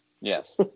Yes